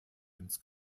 ins